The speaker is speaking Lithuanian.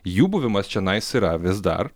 jų buvimas čionais yra vis dar